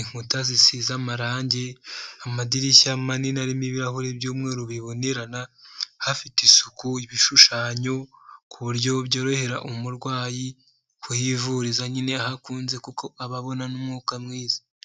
inkuta zisize amarangi, amadirishya manini arimo ibirahuri by'umweru bibonerana, hafite isuku, ibishushanyo, ku buryo byorohera umurwayi kuhivuriza nyine ahakunze kuko aba abona n'umwuka mwiza.